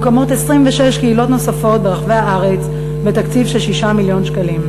מוקמות 26 קהילות נוספות ברחבי הארץ בתקציב של 6 מיליון שקלים,